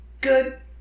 Good